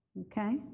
okay